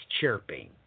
chirping